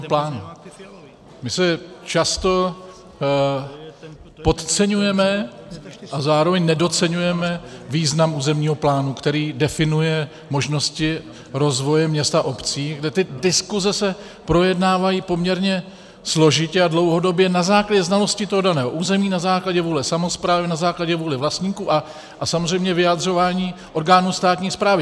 My se často podceňujeme a zároveň nedoceňujeme význam územního plánu, který definuje možnosti rozvoje měst a obcí, kde se ty diskuse projednávají poměrně složitě a dlouhodobě na základě znalosti daného území, na základě vůle samosprávy, na základě vůle vlastníků a samozřejmě vyjadřování orgánů státní správy.